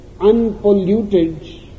unpolluted